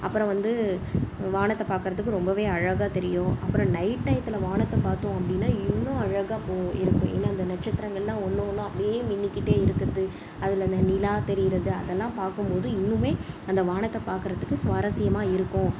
அப்பறம் வந்து வானத்தை பாக்கிறதுக்கு ரொம்ப அழகாக தெரியும் அப்பறம் நைட் டயத்தில் வானத்தை பார்த்தோம் அப்படின்னா இன்னும் அழகாக போகும் இருக்கும் ஏன்னா அந்த நட்சத்திரங்கள்லாம் ஒன்று ஒன்றா அப்படியே மின்னிகிட்டு இருக்கிறது அதில் அந்த நிலா தெரியுறது அதெல்லாம் பார்க்கும்போது இன்னும் அந்த வானத்தை பாக்கிறதுக்கு சுவாரஸ்யமாக இருக்கும்